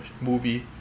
movie